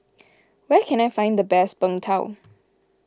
where can I find the best Png Tao